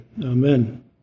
Amen